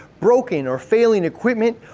broken or failing equipment,